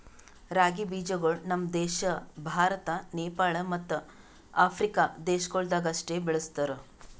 ರಾಗಿ ಬೀಜಗೊಳ್ ನಮ್ ದೇಶ ಭಾರತ, ನೇಪಾಳ ಮತ್ತ ಆಫ್ರಿಕಾ ದೇಶಗೊಳ್ದಾಗ್ ಅಷ್ಟೆ ಬೆಳುಸ್ತಾರ್